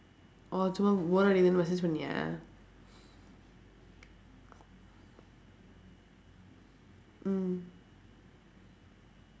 orh சும்மா:summaa bore அடிக்குதுன்னு:adikkuthunnu message பண்ணியா:panniyaa mm